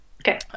Okay